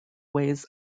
ways